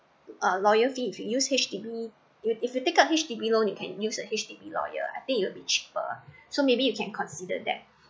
uh lawyer fee if you use H_D_B you if you take out H_D_B loan you can use a H_D_B lawyer I think it'll be cheaper so maybe you can consider that